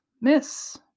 miss